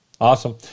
Awesome